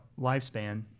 lifespan